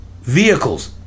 Vehicles